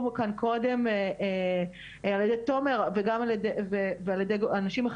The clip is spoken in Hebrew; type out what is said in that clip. כאן קודם על ידי תומר וגם על ידי גורמים אחרים.